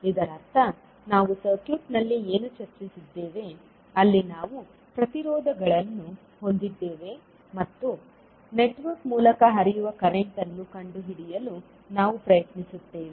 ಇದರರ್ಥ ನಾವು ಸರ್ಕ್ಯೂಟ್ನಲ್ಲಿ ಏನು ಚರ್ಚಿಸಿದ್ದೇವೆ ಅಲ್ಲಿ ನಾವು ಪ್ರತಿರೋಧಗಳನ್ನು ಹೊಂದಿದ್ದೇವೆ ಮತ್ತು ನೆಟ್ವರ್ಕ್ ಮೂಲಕ ಹರಿಯುವ ಕರೆಂಟ್ ಅನ್ನು ಕಂಡುಹಿಡಿಯಲು ನಾವು ಪ್ರಯತ್ನಿಸುತ್ತೇವೆ